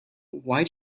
why